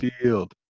field